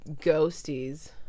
ghosties